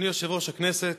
אדוני יושב-ראש הכנסת,